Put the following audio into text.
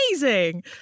amazing